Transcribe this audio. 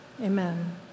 Amen